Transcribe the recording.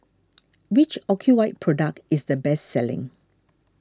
which Ocuvite product is the best selling